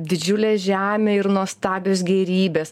didžiulė žemė ir nuostabios gėrybės